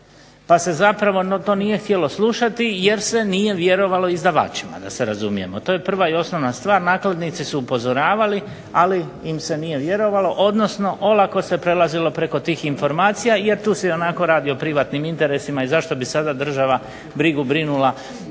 pa se zapravo to nije htjelo slušati jer se nije vjerovalo izdavačima da se razumijemo. To je prva i osnovna stvar. Nakladnici su upozoravali, ali im se nije vjerovalo, odnosno olako se prelazilo preko tih informacija jer tu se ionako radi o privatnim interesima i zašto bi sada država brigu brinula